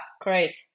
great